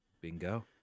Bingo